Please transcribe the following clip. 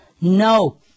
No